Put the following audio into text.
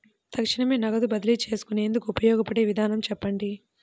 తక్షణమే నగదు బదిలీ చేసుకునేందుకు ఉపయోగపడే విధానము చెప్పండి?